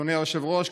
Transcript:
אדוני היושב-ראש,